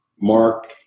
Mark